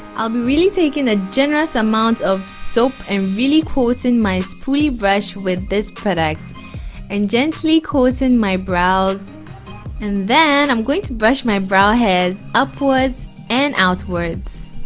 i'll be really taking a generous amount of soap and really quotes in my spooly brush with this products and gently coats in my brows and then i'm going to brush my brow hairs upwards and outwards